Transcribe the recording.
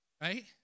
right